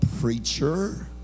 preacher